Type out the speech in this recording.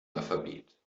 alphabet